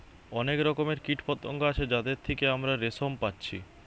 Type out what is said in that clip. অনেক রকমের কীটপতঙ্গ আছে যাদের থিকে আমরা রেশম পাচ্ছি